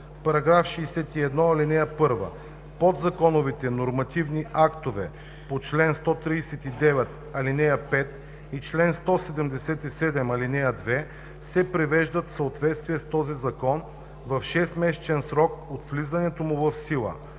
става § 61: „§ 61. (1) Подзаконовите нормативни актове по чл. 139, ал. 5 и чл. 177, ал. 2 се привеждат в съответствие с този закон в 6-месечен срок от влизането му в сила.